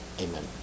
Amen